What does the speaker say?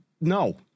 No